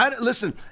Listen